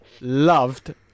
Loved